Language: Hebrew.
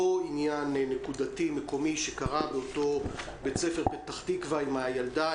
עניין נקודתי מקומי שקרה באותו בית ספר בפתח תקווה עם הילדה